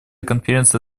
конференция